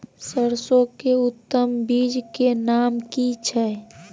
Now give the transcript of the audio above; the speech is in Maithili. सरसो के उत्तम बीज के नाम की छै?